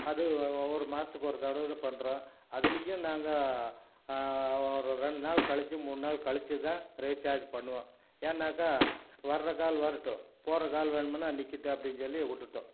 அது ஒரு மாதத்துக்கு ஒரு தடவை தான் பண்ணுறோம் அதுலையும் நாங்கள் ஒரு ரெண்டு நாள் கழிச்சு மூணு நாள் கழிச்சு தான் ரீச்சார்ஜ் பண்ணுவோம் ஏன்னாக்கா வர்ற கால் வரட்டும் போகிற கால் வேணும்னால் நிற்கட்டும் அப்படின்னு சொல்லி விட்டுட்டோம்